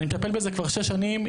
אני מטפל בזה כבר שש שנים.